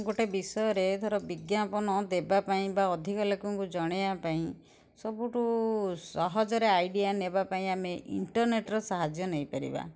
ଗୋଟେ ବିଷୟରେ ଧର ବିଜ୍ଞାପନ ଦେବା ପାଇଁ ବା ଅଧିକ ଲୋକଙ୍କୁ ଜଣେଇବା ପାଇଁ ସବୁଠୁ ସହଜରେ ଆଇଡିୟା ନେବା ପାଇଁ ଆମେ ଇଣ୍ଟର୍ନେଟ୍ର ସାହାଯ୍ୟ ନେଇ ପାରିବା